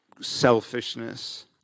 selfishness